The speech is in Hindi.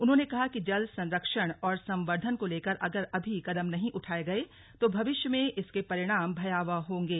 उन्होंने कहा कि यदि जल संरक्षण और संवर्धन को लेकर अगर अभी कदम नहीं उठाये गए तो भविष्य में इसके परिणाम भयावह होंगे